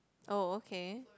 oh okay